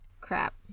crap